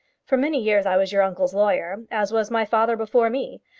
for many years i was your uncle's lawyer, as was my father before me.